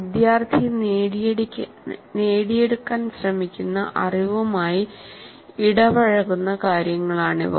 വിദ്യാർത്ഥി നേടിയെടുക്കാൻ ശ്രമിക്കുന്ന അറിവുമായി ഇടപഴകുന്ന കാര്യങ്ങളാണിവ